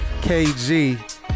KG